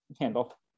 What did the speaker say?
handle